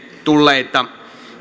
tulleita